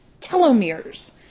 telomeres